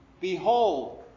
Behold